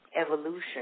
evolution